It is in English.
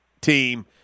team